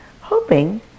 hoping